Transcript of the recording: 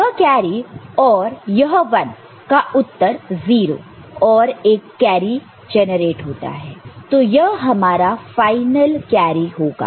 फिर यह कैरी और यह 1 का उत्तर 0 और एक कैरी जनरेट होता तो यह हमारा फाइनल कैरी होगा